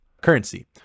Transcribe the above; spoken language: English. currency